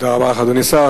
תודה רבה לך, אדוני השר.